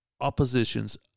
oppositions